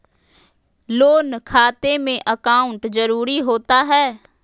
Loan खाते में account जरूरी होता है?